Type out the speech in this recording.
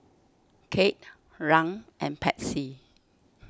Kate Rand and Patsy